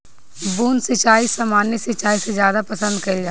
बूंद सिंचाई सामान्य सिंचाई से ज्यादा पसंद कईल जाला